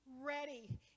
ready